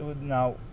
now